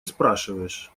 спрашиваешь